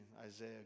Isaiah